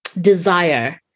desire